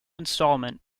installment